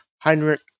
Heinrich